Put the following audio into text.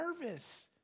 nervous